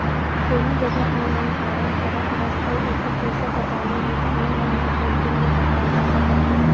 कोनो जघा online form भरत हस अउ ओखर पइसा पटाना हे त ऑनलाइन नेट बैंकिंग ले पटाए जा सकत हे